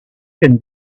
can